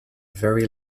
very